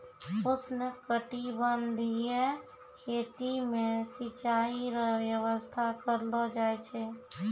उष्णकटिबंधीय खेती मे सिचाई रो व्यवस्था करलो जाय छै